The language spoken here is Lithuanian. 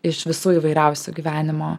iš visų įvairiausių gyvenimo